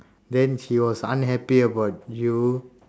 then he was unhappy about you